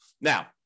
Now